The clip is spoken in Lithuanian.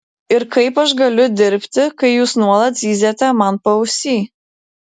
ir kaip aš galiu dirbti kai jūs nuolat zyziate man paausy